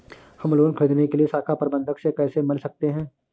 हम लोन ख़रीदने के लिए शाखा प्रबंधक से कैसे मिल सकते हैं?